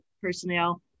personnel